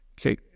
Okay